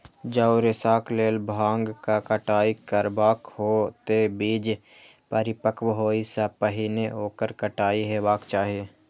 जौं रेशाक लेल भांगक कटाइ करबाक हो, ते बीज परिपक्व होइ सं पहिने ओकर कटाइ हेबाक चाही